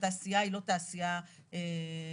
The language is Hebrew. התעשייה היא לא תעשייה מסורתית,